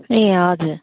ए हजुर